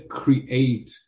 create